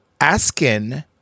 asking